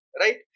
Right